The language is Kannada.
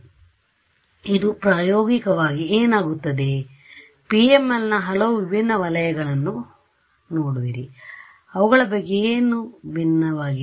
ಆದ್ದರಿಂದ ಇದು ಪ್ರಾಯೋಗಿಕವಾಗಿ ಏನಾಗುತ್ತದೆ ನೀವು PML ನ ಹಲವು ವಿಭಿನ್ನ ವಲಯಗಳನ್ನು ಒಡೆಯುವಿರಿ ಅವುಗಳ ಬಗ್ಗೆ ಏನು ಭಿನ್ನವಾಗಿದೆ